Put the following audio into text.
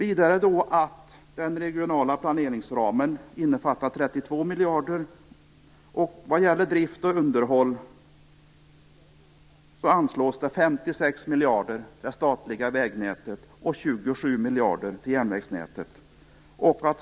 Vidare skall den regionala planeringsramen omfatta 32 miljarder. Vad gäller drift och underhåll anslås det 56 miljarder till det statliga vägnätet och 27 miljarder till järnvägsnätet.